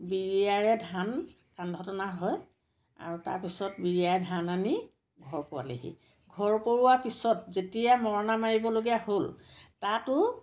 বিৰিয়াৰে ধান কান্ধত অনা হয় আৰু তাৰপিছত বিৰিয়াৰ ধান আনি ঘৰ পোৱালেহি ঘৰ পৰোৱাৰ পিছত যেতিয়া মৰণা মাৰিবলগীয়া হ'ল তাতো